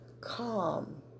Calm